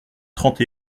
trente